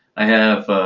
i have